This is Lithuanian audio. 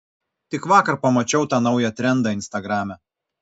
tik vakar pamačiau tą naują trendą instagrame